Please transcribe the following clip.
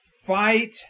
fight